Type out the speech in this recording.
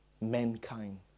mankind